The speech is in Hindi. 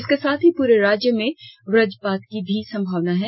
इसके साथ ही पूरे राज्य में वज्रपात की भी संभावना है